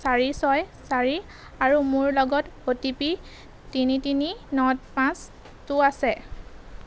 চাৰি ছয় চাৰি আৰু মোৰ লগত অ' টি পি তিনি তিনি ন পাঁচ টো আছে